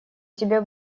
тебе